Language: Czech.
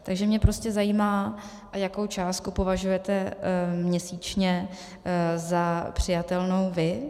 Takže mě prostě zajímá, jakou částku považujete měsíčně za přijatelnou vy.